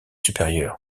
supérieur